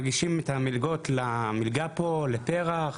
מגישים את המלגות למלגה ולפרח